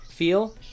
feel